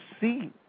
see